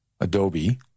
Adobe